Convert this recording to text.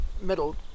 middle